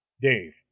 Dave